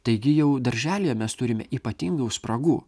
taigi jau darželyje mes turime ypatingai jau spragų